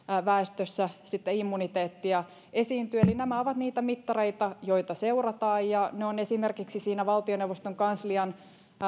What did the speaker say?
väestössä sitten immuniteettia esiintyy eli nämä ovat niitä mittareita joita seurataan ja ne on kuvattu esimerkiksi siinä valtioneuvoston kanslian